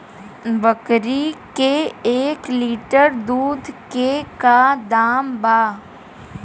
बकरी के एक लीटर दूध के का दाम बा?